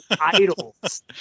idols